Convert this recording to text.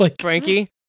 Frankie